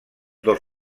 dos